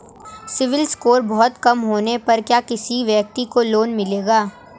CIBIL score बहुत कम होने पर क्या किसी व्यक्ति को लोंन मिलेगा?